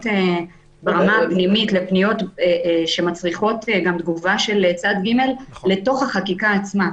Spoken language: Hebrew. ברמה הפנימית לפניות שמצריכות תגובה של צד ג' לתוך החקיקה עצמה.